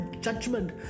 judgment